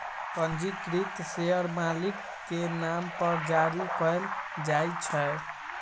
पंजीकृत शेयर मालिक के नाम पर जारी कयल जाइ छै